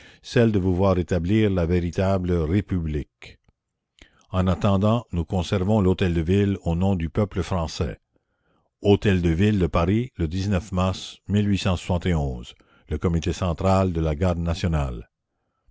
celle de vous voir établir la véritable république en attendant nous conservons l'hôtel-de-ville au nom du peuple français hôtel de ville de paris le mars e omité central de la garde nationale